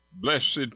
blessed